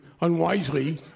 unwisely